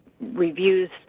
reviews